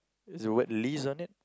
is the word Liz on it